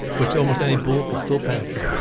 which almost any bullet could still penetrate